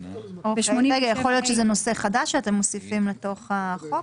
יכול להיות שזה נושא חדש שאתם מוסיפים לתוך החוק?